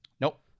nope